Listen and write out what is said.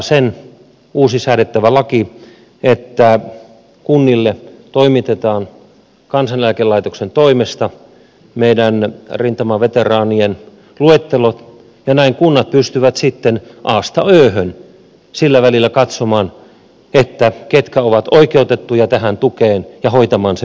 nyt uusi säädettävä laki mahdollistaa sen että kunnille toimitetaan kansaneläkelaitoksen toimesta meidän rintamaveteraaniemme luettelot ja näin kunnat pystyvät sitten asta öhön sillä välillä katsomaan ketkä ovat oikeutettuja tähän tukeen ja hoitamaan sen myös perille